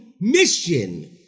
mission